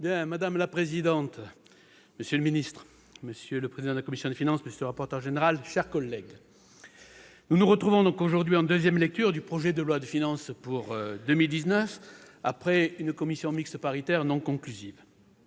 Madame la présidente, monsieur le secrétaire d'État, monsieur le président de la commission des finances, monsieur le rapporteur général, mes chers collègues, nous nous retrouvons pour examiner en nouvelle lecture le projet de loi de finances pour 2019, après une commission mixte paritaire non conclusive.